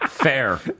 Fair